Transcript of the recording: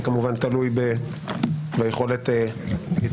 זה כמובן תלוי ביכולת להתקדם.